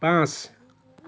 পাঁচ